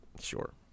Sure